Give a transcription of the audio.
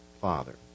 father